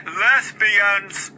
lesbians